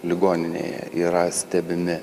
ligoninėje yra stebimi